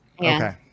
Okay